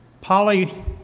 Polly